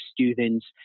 students